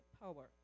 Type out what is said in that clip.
power